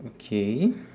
okay